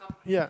ya